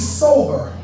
sober